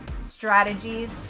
strategies